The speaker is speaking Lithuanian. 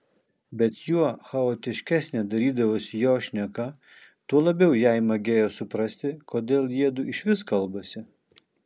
bet juo chaotiškesnė darydavosi jo šneka tuo labiau jai magėjo suprasti kodėl jiedu išvis kalbasi